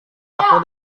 aku